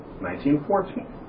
1914